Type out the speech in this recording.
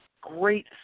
great